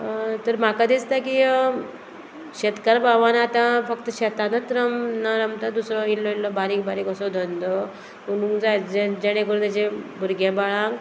तर म्हाका दिसता की शेतकार भावान आतां फक्त शेतानूत रम ना रमता दुसरो इल्लो इल्लो बारीक बारीक असो धंदो करूंक जाय जेणे करून तेजे भुरगे बाळांक